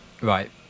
right